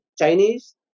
Chinese